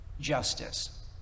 justice